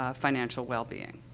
ah financial wellbeing.